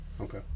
Okay